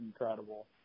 incredible